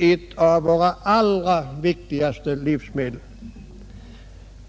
ett av våra allra viktigaste livsmedel.